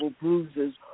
bruises